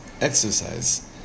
exercise